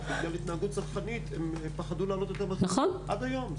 -- ובגלל התנהגות צרכנית הם פחדו להעלות את המחיר עד היום.